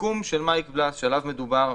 הסיכום של מייק בלס עליו מדובר,